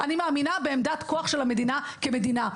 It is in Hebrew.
אני מאמינה בעמדת כוח של המדינה כמדינה.